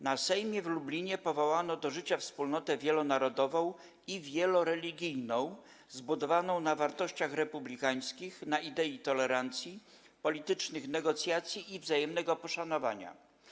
Na sejmie w Lublinie powołano do życia wspólnotę wielonarodową i wieloreligijną, zbudowaną na wartościach republikańskich, na idei tolerancji, politycznych negocjacji i wzajemnego poszanowania.